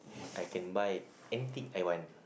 I can buy anything I want